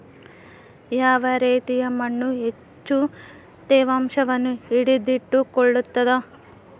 ಯಾವ ರೇತಿಯ ಮಣ್ಣು ಹೆಚ್ಚು ತೇವಾಂಶವನ್ನು ಹಿಡಿದಿಟ್ಟುಕೊಳ್ತದ?